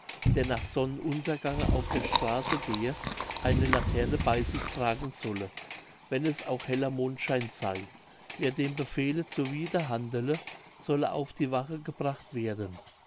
der nach sonnenuntergange auf die straße gehe eine laterne bei sich tragen solle wenn es auch heller mondschein sey wer dem befehle zuwider handele solle auf die wache gebracht werden